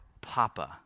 papa